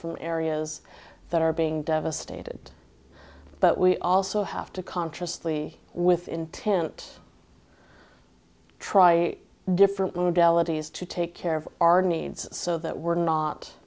from areas that are being devastated but we also have to consciously with intent try different modalities to take care of our needs so that we're not